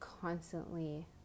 constantly